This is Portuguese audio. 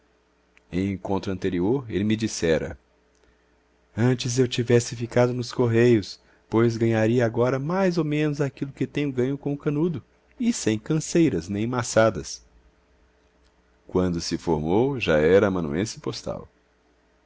encontro anterior ele me dissera antes eu tivesse ficado nos correios pois ganharia agora mais ou menos aquilo que tenho ganho com o canudo e sem canseiras nem maçadas quando se formou já era amanuense postal